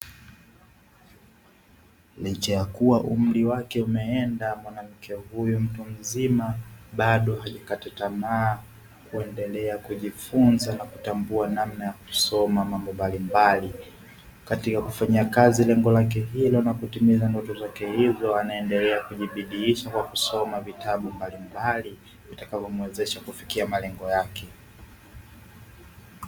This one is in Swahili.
Licha ya kuwa umri wake umeenda, mwanamke huyu mtu mzima bado hajakata tamaa kuendelea kujifunza na kutambua namna ya kusoma mambo mbalimbali. Katika kufanyia kazi lengo lake hilo na kutimiza ndoto zake hizo anaendelea kujibidiisha katika kusoma vitabu mbalimbali vitakavyomwezesha kufikia malengo yake.